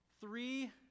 three